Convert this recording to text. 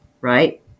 right